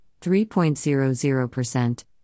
3.00%